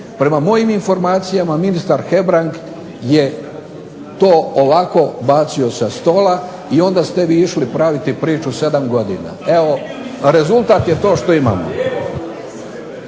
Prema mojim informacijama ministar Hebrang je to ovako bacio sa stola i onda ste vi išli praviti priču sedam godina. Evo rezultat je to što imamo.